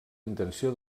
intenció